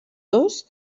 dos